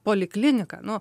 polikliniką nu